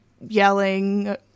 yelling